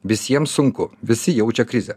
visiems sunku visi jaučia krizę